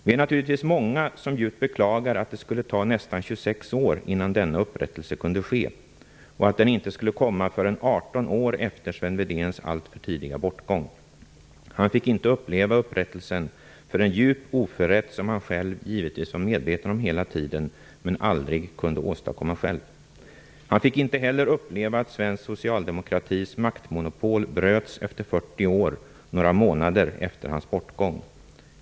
Vi är naturligtvis många som djupt beklagar att det skulle ta nästan 26 år innan denna upprättelse kunde ske, och att den inte skulle komma förrän 18 år efter Sven Wedéns alltför tidiga bortgång. Han fick inte uppleva upprättelsen för en djup oförrätt, som han själv givetvis var medveten om hela tiden, men aldrig kunde åstadkomma själv. Han fick inte heller uppleva att svensk socialdemokratis maktmonopol bröts efter 40 år, några månader efter hans bortgång.